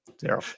zero